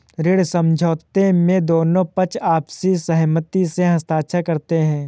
ऋण समझौते में दोनों पक्ष आपसी सहमति से हस्ताक्षर करते हैं